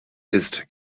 ist